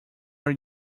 are